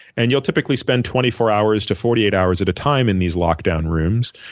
and you'll typically spend twenty four hours to forty eight hours at a time in these lockdown rooms.